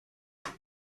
there